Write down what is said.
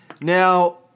Now